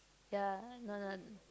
ya no not